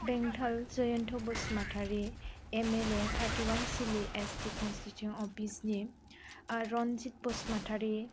बेंथल Jayanta Basumatari MLA thirty one सिलि ST constitution of Bijni Ranjit Basumatary